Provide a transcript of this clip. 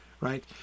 Right